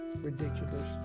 ridiculous